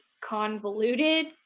convoluted